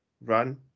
run